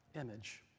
image